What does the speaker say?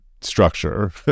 structure